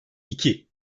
iki